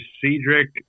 Cedric